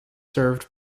served